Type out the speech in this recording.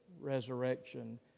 resurrection